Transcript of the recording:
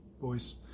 boys